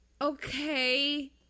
Okay